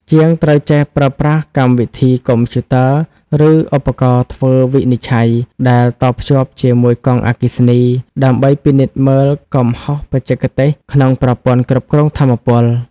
ជាងត្រូវចេះប្រើប្រាស់កម្មវិធីកុំព្យូទ័រ ឬឧបករណ៍ធ្វើវិនិច្ឆ័យដែលតភ្ជាប់ជាមួយកង់អគ្គិសនី ដើម្បីពិនិត្យមើលកំហុសបច្ចេកទេសក្នុងប្រព័ន្ធគ្រប់គ្រងថាមពល។